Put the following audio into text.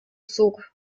zog